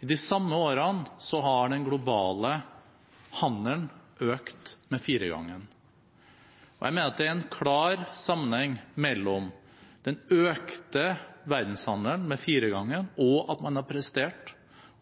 I de samme årene har den globale handelen økt med firegangen. Jeg mener det er en klar sammenheng mellom den økte verdenshandelen – med firegangen – og at man har prestert